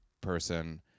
person